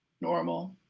normal